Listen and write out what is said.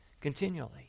continually